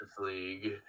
League